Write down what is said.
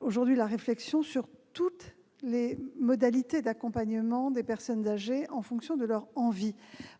aujourd'hui la réflexion sur toutes les modalités d'accompagnement des personnes âgées, en fonction de leur envie.